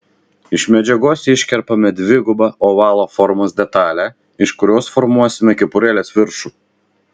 iš medžiagos iškerpame dvigubą ovalo formos detalę iš kurios formuosime kepurėlės viršų